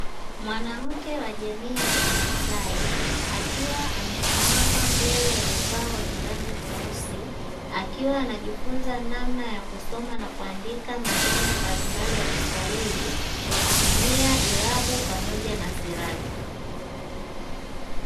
Mwanamke wa jamii ya kimaasai akiwa amesimama mbele ya ubao wenye rangi nyeusi akiwa anajifunza namna ya kusoma na kuandika maneno mbali mbali ya kiswahili kwa kutumia irabu pamoja na silabi.